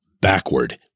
backward